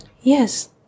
Yes